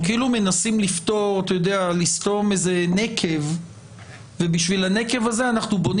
אנחנו כאילו מנסים לסתום איזה נקב ובשביל הנקב הזה אנחנו בונים